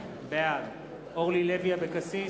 בעד אורלי לוי אבקסיס,